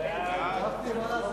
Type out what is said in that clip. שם החוק